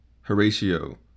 horatio